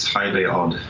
highly odd.